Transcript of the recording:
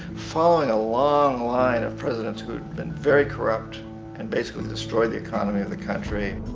following a long line of presidents who'd been very corrupt and basically destroyed the economy of the country.